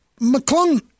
McClung